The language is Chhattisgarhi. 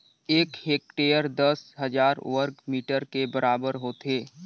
एक हेक्टेयर दस हजार वर्ग मीटर के बराबर होथे